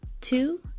Two